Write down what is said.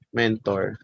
mentor